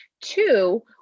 Two